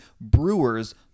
brewers